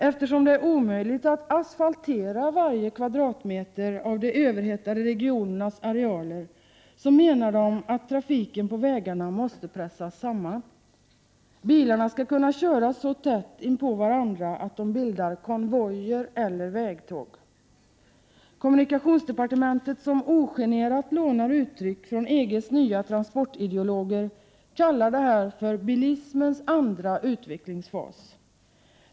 Eftersom det är omöjligt att asfaltera varje kvadratmeter av de överhettade regionernas arealer, menar de att trafiken på vägarna måste pressas samman. Bilarna skall kunna köras så tätt inpå varandra att de bildar konvojer eller ”vägtåg”. Kommunikationsdepartementet, som ogenerat lånar uttryck från EG:s nya transportideologer, kallar detta för ”bilismens andra utvecklingsfas”.